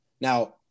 Now